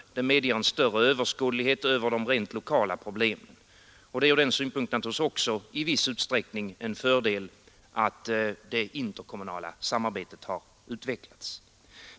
Det medger en större överskådlighet över de rent lokala problemen. Det är ur den synpunkten naturligtvis också en viss fördel att det interkommunala samarbetet utvecklats.